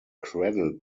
cradle